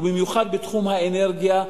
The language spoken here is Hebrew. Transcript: ובמיוחד בתחום האנרגיה,